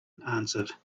answered